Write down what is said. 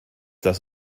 das